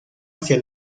hacia